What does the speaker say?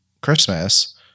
Christmas